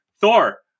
Thor